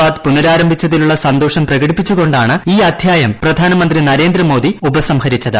ബാത്ത് പുനരാരംഭിച്ചതിലുള്ള സന്തോഷം പ്രകടിപ്പിച്ചുകൊണ്ടാണ് ഈ അധ്യായം പ്രധാനമന്ത്രി നരേന്ദ്രമോദി ഉപസംഹരിച്ചത്